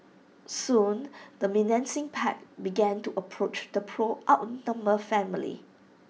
soon the menacing pack began to approach the poor outnumbered family